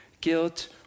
guilt